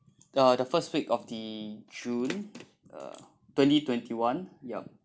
uh the first week of the june uh twenty twenty one yup